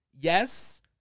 yes